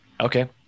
Okay